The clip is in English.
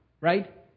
right